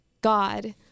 God